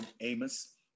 amos